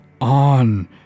on